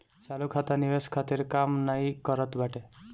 चालू खाता निवेश खातिर काम नाइ करत बाटे